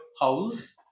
house